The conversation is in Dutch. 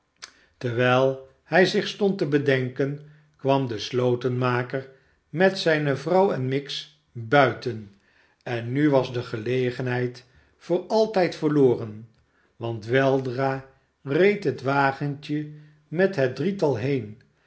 terwijl hij zich stond te bedenken kwam de slotenmaker met zijne vrouw en miggs buiten en nu was de gelegenheid voor altijd verloren want weldra reed het wagentje met het drietal heen